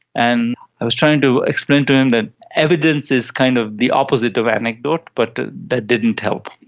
and i was trying to explain to him that evidence is kind of the opposite of anecdote, but that didn't help.